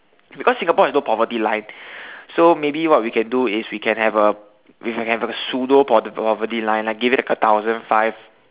because Singapore has no poverty line so maybe what we can do is we can have a we can have a pseudo poverty poverty line like give it like a thousand five